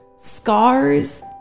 scars